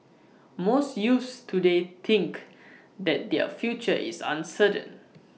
most youths today think that their future is uncertain